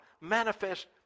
manifest